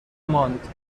ماند